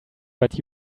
but